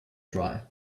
dryer